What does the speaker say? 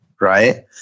right